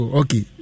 okay